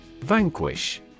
Vanquish